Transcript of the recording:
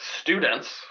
students